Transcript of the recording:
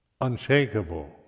unshakable